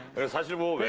her side? she